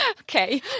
okay